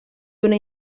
una